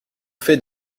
fait